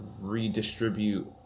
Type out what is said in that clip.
redistribute